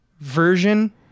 version